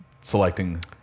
selecting